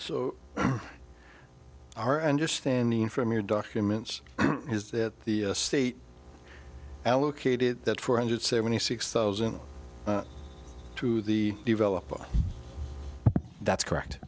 so our understanding from your documents is that the state allocated that four hundred seventy six thousand to the developer that's correct